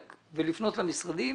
ולפנות למשרדים